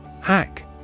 Hack